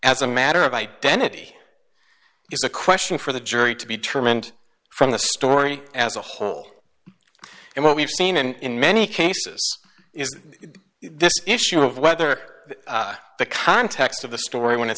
as a matter of identity is a question for the jury to be determined from the story as a whole and what we've seen and in many cases is this issue of whether the context of the story when it's